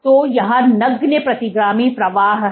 तो यहां नगण्य प्रतिगामी प्रवाह है